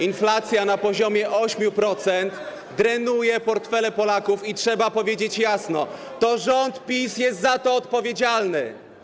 Inflacja na poziomie 8% drenuje portfele Polaków i trzeba powiedzieć jasno: to rząd PiS jest za to odpowiedzialny.